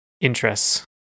interests